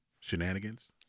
shenanigans